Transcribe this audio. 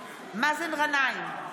מאזן גנאים,